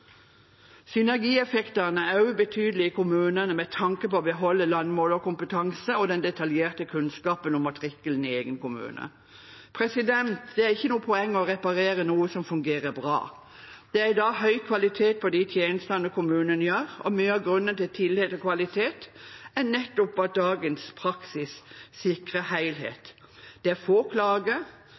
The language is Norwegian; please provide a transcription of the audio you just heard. Synergieffektene er også betydelige i kommunene med tanke på å beholde landmålerkompetanse og den detaljerte kunnskapen om matrikkelen i egen kommune. Det er ikke noe poeng i å reparere noe som fungerer bra. Det er i dag høy kvalitet på de tjenestene kommunen utfører, og mye av grunnen til tillit og kvalitet er nettopp at dagens praksis sikrer helhet. Det er få klager,